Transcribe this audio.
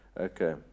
Okay